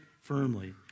firmly